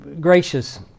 Gracious